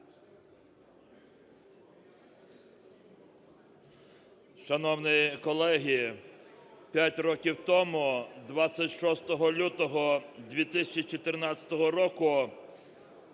Шановні колеги, п'ять років тому, 26 лютого 2014 року,